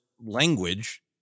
language